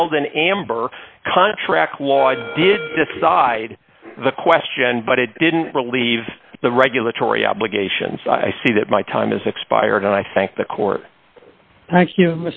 held an amber contract law did decide the question but it didn't relieve the regulatory obligations i see that my time has expired and i thank the court thank you